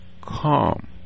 calm